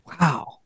Wow